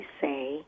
say